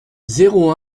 zéro